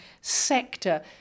sector